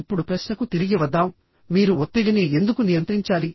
ఇప్పుడు ప్రశ్నకు తిరిగి వద్దాం మీరు ఒత్తిడిని ఎందుకు నియంత్రించాలి